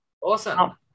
Awesome